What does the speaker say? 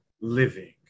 living